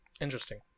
Interesting